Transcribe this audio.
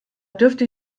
dürfte